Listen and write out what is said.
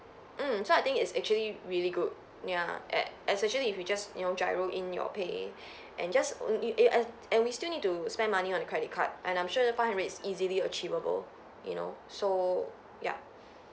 mm so I think is actually really good ya especially if you just you know GIRO in your pay and just and and and we still need to spend money on the credit card and I'm sure five hundred is easily achievable you know so ya